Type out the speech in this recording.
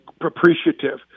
appreciative